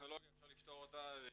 הטכנולוגיה אפשר לפתור אותה,